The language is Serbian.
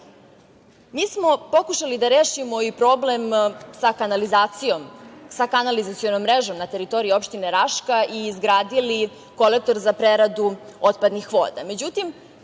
smo pokušali da rešimo i problem sa kanalizacionom mrežom na teritoriji opštine Raška i izgradili kolektor za preradu otpadnih voda.